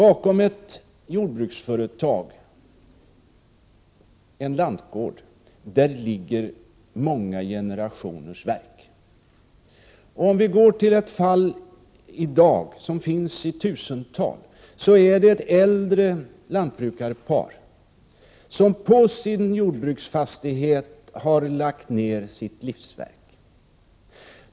Bakom ett jordbruksföretag, en lantgård, ligger många generationers verk. Jag kan nämna ett typfall som funnits och finns i tusental, nämligen ett äldre lantbrukarpar som på sin jordbruksfastighet har lagt ner sitt livsverk.